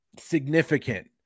significant